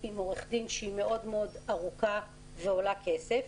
עם עורך דין שהיא מאוד מאוד ארוכה ועולה כסף,